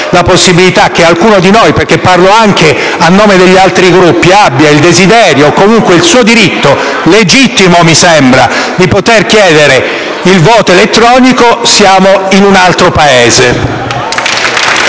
la possibilità che qualcuno di noi, perché parlo anche a nome degli altri Gruppi, abbia il desiderio, comunque nell'esercizio di un suo diritto, legittimo, mi sembra, di chiedere il voto elettronico, siamo in un altro Paese.